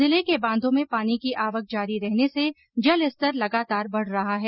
जिले के बांधों में पानी की आवक जारी रहने से जलस्तर लगतार बढ़ रहा है